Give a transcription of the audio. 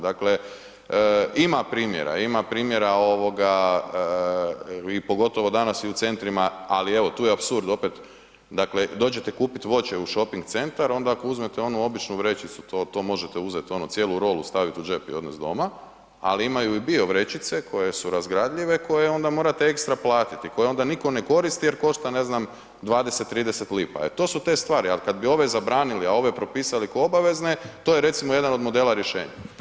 Dakle, ima primjera, ima primjera ovoga i pogotovo danas i u centrima, ali evo tu je apsurd opet, dakle dođete kupit voće u šoping centar onda ako uzmete onu običnu vrećicu, to, to možete uzet ono cijelu rolu stavit u džep i odnest doma, ali imaju i bio vrećice koje su razgradljive, koje onda morate ekstra platiti, koje onda niko ne koristi jer košta, ne znam, 20-30 lipa, e to su te stvari, al kad bi ove zabranili, a ove propisali ko obavezne, to je recimo jedan od modela rješenja.